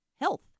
health